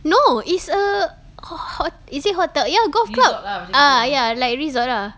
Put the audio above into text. no it's a ho~ is it hotel ya gold club ah ya like resort ah